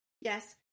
Yes